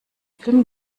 film